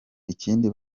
ikindi